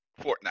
Fortnite